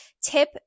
tip